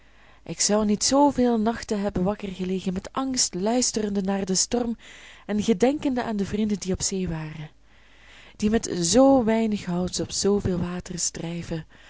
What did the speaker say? ik zou niet zooveel nachten hebben wakker gelegen met angst luisterende naar den storm en gedenkende aan de vrienden die op zee waren die met zoo weinig houts op zooveel waters drijven